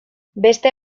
beste